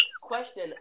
question